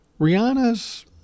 Rihanna's